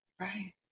Right